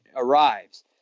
arrives